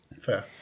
Fair